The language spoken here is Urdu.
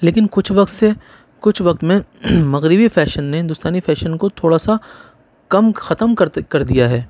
لیکن کچھ وقت سے کچھ وقت میں مغربی فیشن نے ہندوستانی فیشن کو تھوڑا سا کم ختم کرتے کر دیا ہے